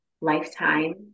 lifetime